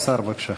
השר, בבקשה.